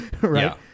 Right